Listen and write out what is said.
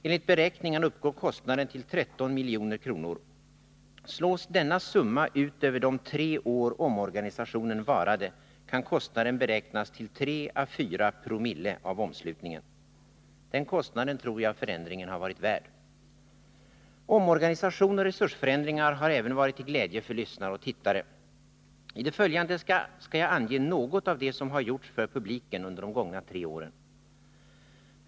Enligt beräkningarna uppgår kostnaden till 13 milj.kr. Slås denna summa ut över de tre år omorganisationen varade, kan kostnaden beräknas till 3 å 4 4o av omslutningen. Den kostnaden tror jag förändringen har varit värd. Omorganisation och resursförändringar har även varit till glädje för lyssnare och tittare. I det följande skall jag ange något av det som gjorts för publiken under de gångna tre åren.